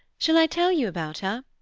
shall i tell you about her?